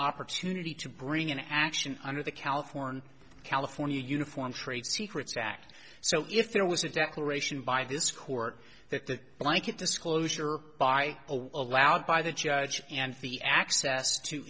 opportunity to bring an action under the california california uniform trade secrets act so if there was a declaration by this court that the blanket disclosure by allowed by the judge and the access to